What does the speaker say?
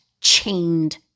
chained